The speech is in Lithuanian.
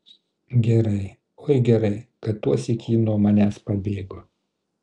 gerai oi gerai kad tuosyk ji nuo manęs pabėgo